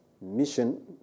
Mission